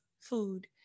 food